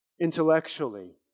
Intellectually